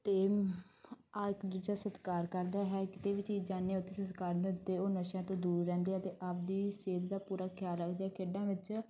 ਅਤੇ ਆਹ ਇੱਕ ਦੂਜੇ ਦਾ ਸਤਿਕਾਰ ਕਰਦਾ ਹੈ ਕਿਤੇ ਵੀ ਚੀ ਜਾਂਦੇ ਹੋ ਤੁਸੀਂ ਕਰਦੇ ਹੋ ਨਸ਼ਿਆਂ ਤੋਂ ਦੂਰ ਰਹਿੰਦੇ ਆ ਅਤੇ ਆਪਣੀ ਸਿਹਤ ਦਾ ਪੂਰਾ ਖਿਆਲ ਰੱਖਦਾ ਹੈ ਖੇਡਾਂ ਵਿੱਚ